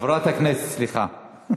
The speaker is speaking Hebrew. חברת הכנסת, סליחה.